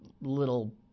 little